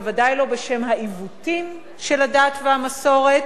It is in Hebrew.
בוודאי לא בשם העיוותים של הדת והמסורת,